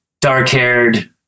dark-haired